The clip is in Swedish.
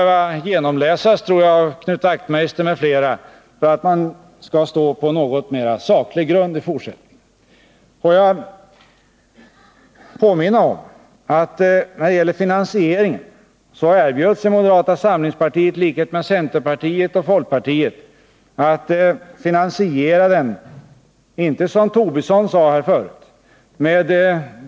Knut Wachtmeister m.fl. torde behöva läsa igenom den för att i fortsättningen kunna stå på en sakligare grund. I likhet med centerpartiet och folkpartiet ville också moderaterna finansiera marginalskattesänkningen i dess helhet.